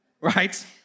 right